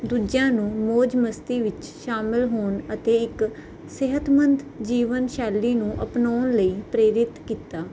ਦੂਜਿਆਂ ਨੂੰ ਮੌਜ ਮਸਤੀ ਵਿੱਚ ਸ਼ਾਮਿਲ ਹੋਣ ਅਤੇ ਇੱਕ ਸਿਹਤਮੰਦ ਜੀਵਨਸ਼ੈਲੀ ਨੂੰ ਅਪਣਾਉਣ ਲਈ ਪ੍ਰੇਰਿਤ ਕੀਤਾ